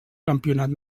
campionat